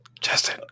Justin